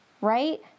right